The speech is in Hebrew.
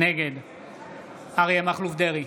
נגד אריה מכלוף דרעי,